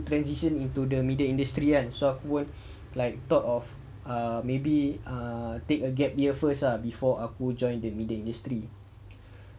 transition into the media industry kan so aku like thought of err maybe err take a gap year first ah before aku joined the media industry